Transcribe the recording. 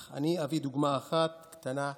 אך אני אביא דוגמה אחת קטנה ופשוטה.